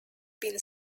been